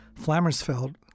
Flammersfeld